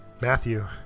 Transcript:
Matthew